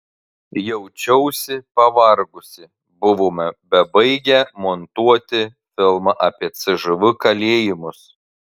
jaučiausi pavargusi buvome bebaigią montuoti filmą apie cžv kalėjimus